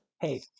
hey